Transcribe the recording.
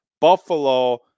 Buffalo